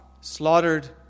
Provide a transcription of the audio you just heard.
slaughtered